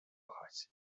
chać